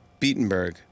Beatenberg